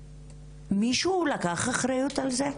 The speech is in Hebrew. מישהו לקח אחריות על זה?